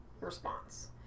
response